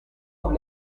con